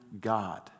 God